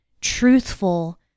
truthful